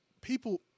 people